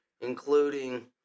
including